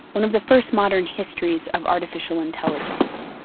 one of the first modern histories of artificial intelligence.